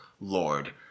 Lord